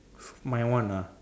my one ah